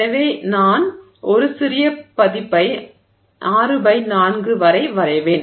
எனவே நான் ஒரு சிறிய பதிப்பை 6 பை 4 வரை வரைவேன்